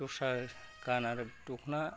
दस्रा गाना आरो दखना